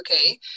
okay